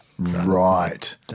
Right